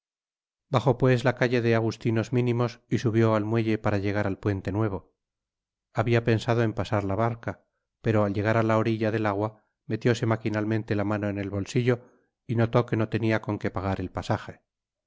bajó pues la calle de agustinos mínimos y subió al muelle para llegar al puente nuevo habia pensado en pasar la barca pero al llegar á la orilla del agua metióse maquinal mente ta mano en el bolsillo y notó que no tenia con que pagar el pasaje